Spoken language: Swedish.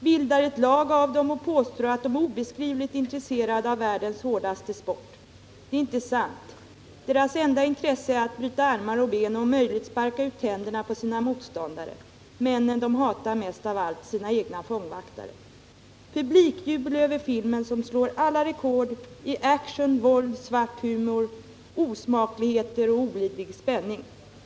Bildar ett lag av dom och påstår att dom är obeskrivligt intresserade av världens hårdaste sport! Det är sant! Deras enda intresse är att bryta armar och ben och om möjligt sparka ut tänderna på sina motståndare: männen de hatar mest av allt, sina egna fångvaktare! Publikjubel över filmen som slår alla rekord i action, våld, svart humor, osmakligheter och olidlig spänning.